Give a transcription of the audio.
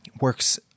works